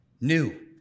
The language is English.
new